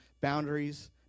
boundaries